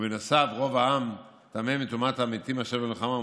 ובנוסף רוב העם טמא מטומאת המתים אשר במלחמה,